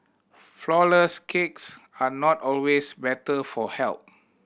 flourless cakes are not always better for health